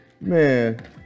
Man